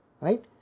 right